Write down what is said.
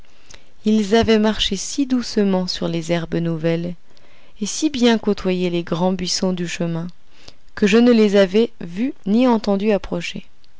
ils avaient marché si doucement sur les herbes nouvelles et si bien côtoyé les grands buissons du chemin que je ne les avais vus ni entendus approcher